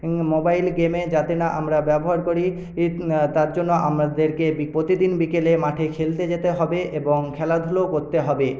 mobile গেমে যাতে না আমরা ব্যবহার করি তার জন্য আমাদেরকে প্রতিদিন বিকেলে মাঠে খেলতে যেতে হবে এবং খেলাধুলোও করতে হবে